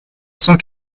cent